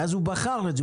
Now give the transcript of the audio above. ואז הוא בחר את זה,